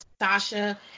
Sasha